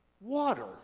water